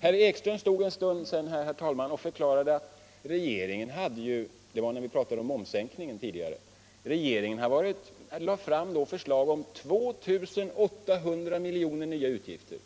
Herr Ekström förklarade för en stund sedan när vi pratade om momssänkningen att regeringen hade lagt fram förslag som innebär 2 800 milj.kr. i nya utgifter.